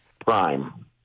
prime